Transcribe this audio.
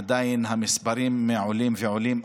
עדיין המספרים עולים ועולים.